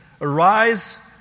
arise